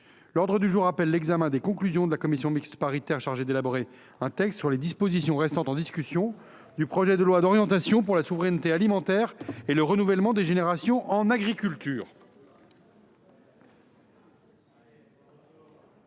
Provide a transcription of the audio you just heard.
L’ordre du jour appelle l’examen des conclusions de la commission mixte paritaire chargée d’élaborer un texte sur les dispositions restant en discussion du projet de loi d’orientation pour la souveraineté alimentaire et le renouvellement des générations en agriculture